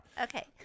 Okay